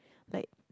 like